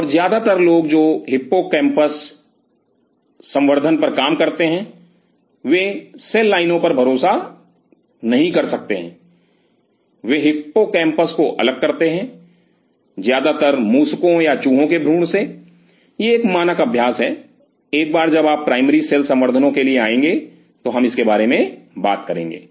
और ज्यादातर लोग जो हिप्पोकैम्पस संवर्धन पर काम करते हैं वे सेल लाइनों पर भरोसा नहीं कर सकते हैं वे हिप्पोकैम्पस को अलग करते हैं ज्यादातर मूसको या चूहों के भ्रूण से यह एक मानक अभ्यास है एक बार जब आप प्राइमरी सेल संवर्धनो के लिए आएंगे तो हम इसके बारे में बात करेंगे